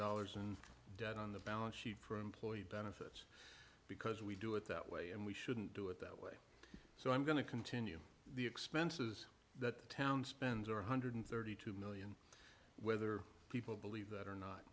dollars in debt on the balance sheet for employee benefits because we do it that way and we shouldn't do it that way so i'm going to continue the expenses that town spends are one hundred thirty two million whether people believe that or not